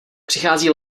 přichází